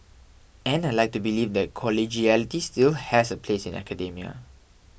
and I'd like to believe that collegiality still has a place in academia